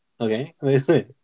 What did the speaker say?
Okay